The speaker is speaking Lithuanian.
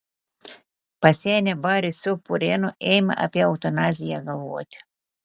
pasenę barius su purėnu ėmė apie eutanaziją galvoti